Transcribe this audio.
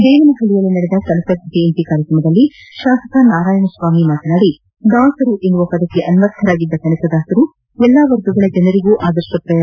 ದೇವನಹಳ್ಳಿಯಲ್ಲಿ ನಡೆದ ಕನಕದಾಸರ ಜಯಂತಿ ಕಾರಕ್ರಮದಲ್ಲಿ ಶಾಸಕ ನಾರಾಯಣಸ್ವಾಮಿ ಮಾತನಾಡಿ ದಾಸರು ಎನ್ನುವ ಪದಕ್ಕೆ ಆನ್ವರ್ಥರಾಗಿದ್ದ ಕನಕದಾಸರು ಎಲ್ಲಾ ವರ್ಗಗಳ ಜನರಿಗೂ ಆದರ್ಶಪ್ರಾಯ